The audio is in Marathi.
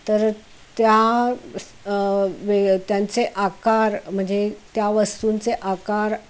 तर त्या वेगळ्या त्यांचे आकार म्हणजे त्या वस्तूंचे आकार